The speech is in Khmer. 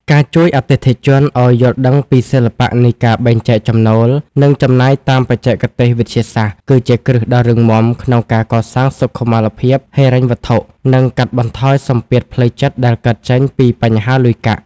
ការជួយអតិថិជនឱ្យយល់ដឹងពីសិល្បៈនៃការបែងចែកចំណូល និងចំណាយតាមបច្ចេកទេសវិទ្យាសាស្ត្រ គឺជាគ្រឹះដ៏រឹងមាំក្នុងការកសាងសុខុមាលភាពហិរញ្ញវត្ថុ និងកាត់បន្ថយសម្ពាធផ្លូវចិត្តដែលកើតចេញពីបញ្ហាលុយកាក់។